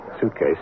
suitcase